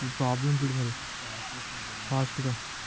problem చూడు మరి ఫాస్ట్గా